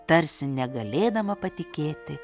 tarsi negalėdama patikėti